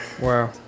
Wow